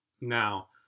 Now